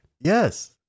Yes